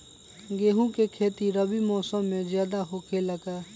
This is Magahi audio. गेंहू के खेती रबी मौसम में ज्यादा होखेला का?